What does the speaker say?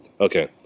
Okay